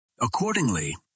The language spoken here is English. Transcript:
Accordingly